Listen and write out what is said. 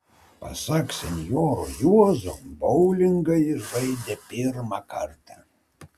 pasak senjoro juozo boulingą jis žaidė pirmą kartą